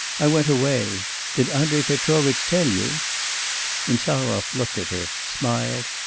i went away. did andrei petrovitch tell you insarov looked at her, smiled,